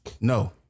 No